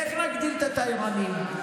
איך נגדיל את התיירנים?